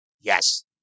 Yes